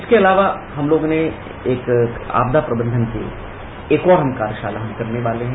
इसके अलावा हम लोगों ने एक आपदा प्रदंधन के लिए एक और कार्यशाला हम करने वाले हैं